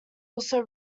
also